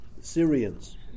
Syrians